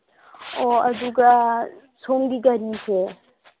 ꯑꯣ ꯑꯗꯨꯒ ꯁꯣꯝꯒꯤ ꯒꯥꯔꯤꯁꯦ